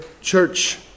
church